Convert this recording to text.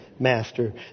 Master